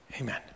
Amen